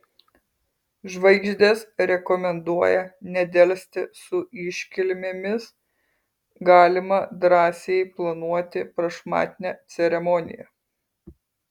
žvaigždės rekomenduoja nedelsti su iškilmėmis galima drąsiai planuoti prašmatnią ceremoniją